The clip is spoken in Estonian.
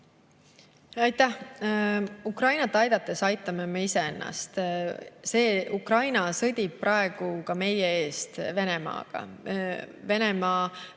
Aitäh! Ukrainat aidates aitame me iseennast. Ukraina sõdib praegu ka meie eest Venemaaga. Venemaa